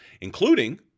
including